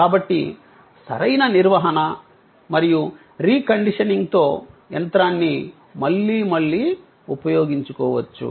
కాబట్టి సరైన నిర్వహణ మరియు రికండిషనింగ్తో యంత్రాన్ని మళ్లీ మళ్లీ ఉపయోగించుకోవచ్చు